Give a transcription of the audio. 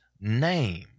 name